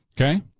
Okay